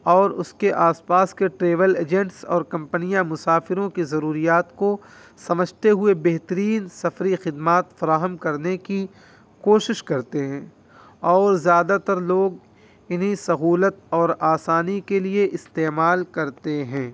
اور اس کے آس پاس کے ٹریول ایجنٹس اور کمپنیاں مسافروں کی ضروریات کو سمجھتے ہوئے بہترین سفری خدمات فراہم کرنے کی کوشش کرتے ہیں اور زیادہ تر لوگ انہیں سہولت اور آسانی کے لیے استعمال کرتے ہیں